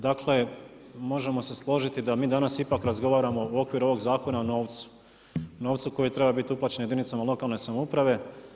Dakle, možemo se složiti da mi danas ipak razgovaramo u okviru ovog zakona o novcu, o novcu koji treba biti uplaćen jedinicama lokalne samouprave.